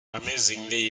amazingly